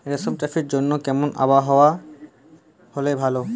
রেশম চাষের জন্য কেমন আবহাওয়া হাওয়া হলে ভালো?